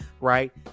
right